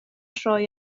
troi